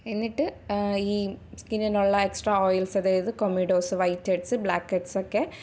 എന്നിട്ട് ഈ സ്കിന്നിനുള്ള എക്സ്ട്രാ ഓയിൽസ് അതായത് കോമിഡോസ് വൈറ്റ് ഹെഡ്സ് ബ്ലാക്ക് ഹെഡ്സ് ഒക്കെ